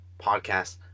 podcast